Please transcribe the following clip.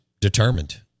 determined